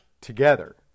together